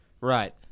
Right